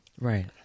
Right